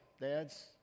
Dads